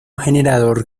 generador